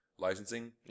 licensing